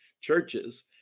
churches